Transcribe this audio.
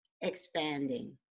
expanding